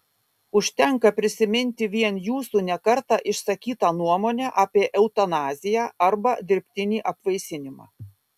užtenka prisiminti vien jūsų ne kartą išsakytą nuomonę apie eutanaziją arba dirbtinį apvaisinimą